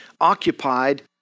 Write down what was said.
occupied